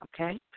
okay